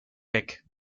weg